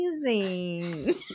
amazing